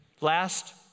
Last